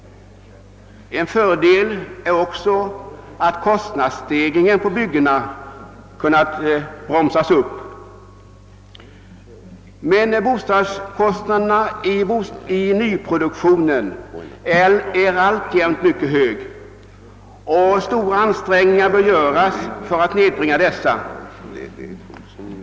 En fördel är också att kostnadssteg ringen för byggandet kunnat bromsas. Men bostadskostnaderna i nyproduktionen är alltjämt mycket höga, och stora ansträngningar bör göras för att nedbringa dem.